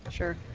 sure.